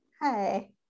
Hi